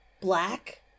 black